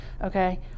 Okay